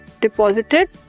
deposited